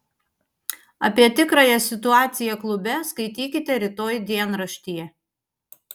apie tikrąją situaciją klube skaitykite rytoj dienraštyje